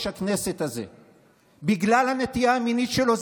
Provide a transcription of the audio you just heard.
הכנסת הזה בגלל הנטייה המינית שלו,